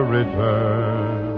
return